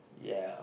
yeah